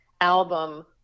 album